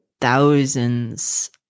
thousands